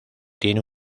tiene